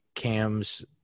Cam's